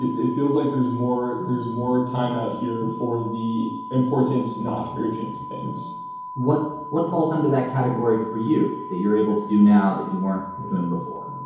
it feels like there's more there's more time out here for the important, not urgent things what what falls under that category for you that you're able to do now that you weren't doing before?